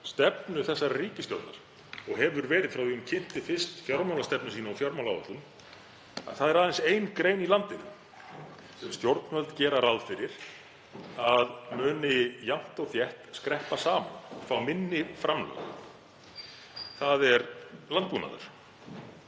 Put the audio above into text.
stefnu þessarar ríkisstjórnar og hefur verið frá því að hún kynnti fyrst fjármálastefnu sína og fjármálaáætlun, að það er aðeins ein grein í landinu sem stjórnvöld gera ráð fyrir að muni jafnt og þétt skreppa saman og fá minni framlög, en það er landbúnaður.